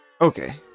Okay